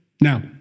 Now